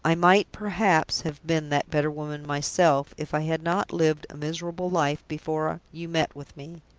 i might, perhaps, have been that better woman myself, if i had not lived a miserable life before you met with me.